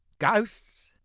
Ghosts